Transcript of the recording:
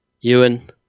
Ewan